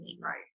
Right